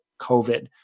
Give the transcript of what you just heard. COVID